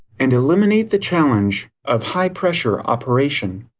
and eliminate the challenge of high pressure operation.